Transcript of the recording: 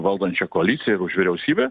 valdančią koaliciją ir už vyriausybę